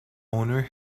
owner